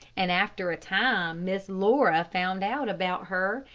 and after a time miss laura found out about her,